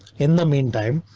in the meantime,